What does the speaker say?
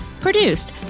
Produced